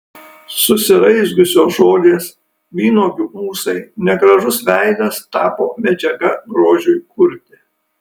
susiraizgiusios žolės vynuogių ūsai negražus veidas tapo medžiaga grožiui kurti